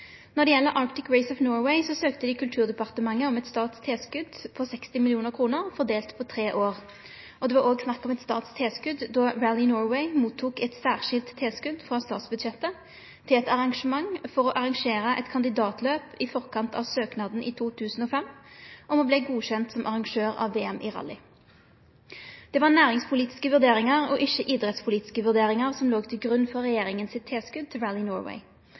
søkte dei Kulturdepartementet om eit statstilskot på 60 mill. kr, fordelt på tre år. Det var òg snakk om eit statstilskot då Rally Norway tok imot eit særskilt tilskot frå statsbudsjettet til eit arrangement for å arrangere eit kandidatløp i forkant av søknaden i 2005 om å verte godkjent som arrangør av VM i rally. Det var næringspolitiske vurderingar og ikkje idrettspolitiske vurderingar som låg til grunn for regjeringa sitt tilskot til